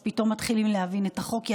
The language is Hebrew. אז פתאום מתחילים להבין את החוקים,